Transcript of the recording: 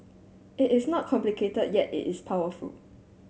it is not complicated yet it is powerful